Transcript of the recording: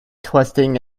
twisting